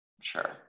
Sure